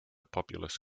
populous